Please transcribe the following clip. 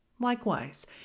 Likewise